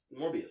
Morbius